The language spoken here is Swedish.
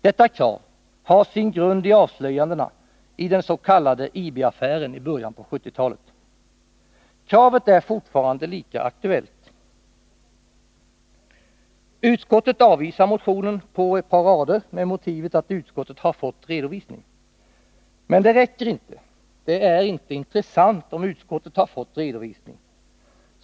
Detta krav har sin grund i avslöjandena i den s.k. IB-affären i början av 1970-talet. Kravet är fortfarande lika aktuellt. Utskottet avvisar motionen på ett par rader med motivet att utskottet har fått redovisning. Men det räcker inte. Det är inte intressant om utskottet har fått redovisning.